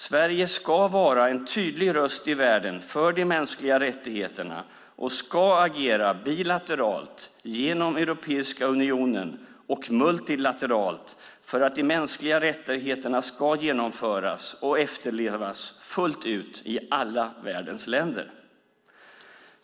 Sverige ska vara en tydlig röst i världen för de mänskliga rättigheterna och ska agera bilateralt, genom Europeiska unionen och multilateralt för att de mänskliga rättigheterna ska genomföras och efterlevas fullt ut i alla världens länder.